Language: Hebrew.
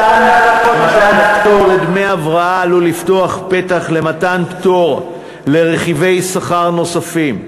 מתן פטור לדמי הבראה עלול לפתוח פתח למתן פטור לרכיבי שכר נוספים,